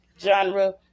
genre